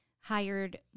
hired